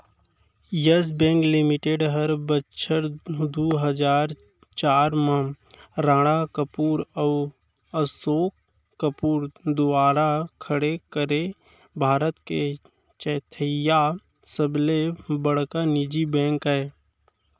yes Bank Limited हर बछर दू हजार चार म राणा कपूर अउ असोक कपूर दुवारा खड़े करे भारत के चैथइया सबले बड़का निजी बेंक अय